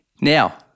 Now